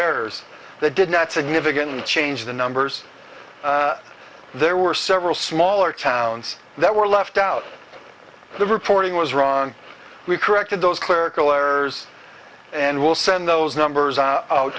errors that did not significant change the numbers there were several smaller towns that were left out the reporting was wrong we corrected those clerical errors and we'll send those numbers out